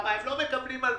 כי הם לא מקבלים הלוואות.